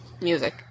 music